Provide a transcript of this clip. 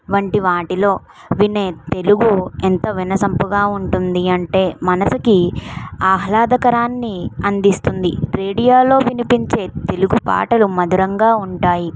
వంటి వాటిలో వినే తెలుగు ఎంత వినసొంపుగా ఉంటుంది అంటే మనసుకి ఆహ్లాదకరాన్ని అందిస్తుంది రేడియోలో వినిపించే తెలుగు పాటలు మధురంగా ఉంటాయి